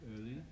earlier